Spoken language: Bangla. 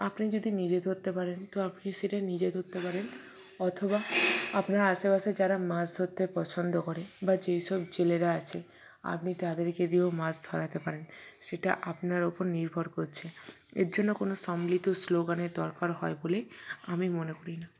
আপনি যদি নিজে ধরতে পারেন তো আপনি সেটা নিজে ধরতে পারেন অথবা আপনার আশেপাশে যারা মাছ ধরতে পছন্দ করে বা যেইসব জেলেরা আছে আপনি তাদেরকে দিয়েও মাছ ধরাতে পারেন সেটা আপনার উপর নির্ভর করছে এর জন্য কোনও সম্মিলিত স্লোগানের দরকার হয় বলে আমি মনে করি না